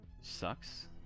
Sucks